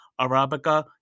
Arabica